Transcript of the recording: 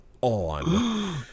on